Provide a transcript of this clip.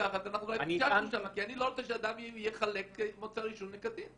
אני לא רוצה שאדם יחלק מוצר עישון לקטין.